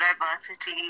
diversity